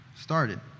started